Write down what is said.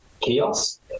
kiosk